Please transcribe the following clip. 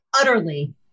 utterly